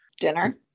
dinner